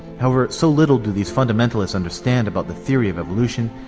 however, so little do these fundamentalists understand about the theory of evolution,